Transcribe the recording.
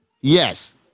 yes